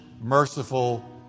merciful